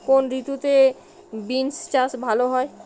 কোন ঋতুতে বিন্স চাষ ভালো হয়?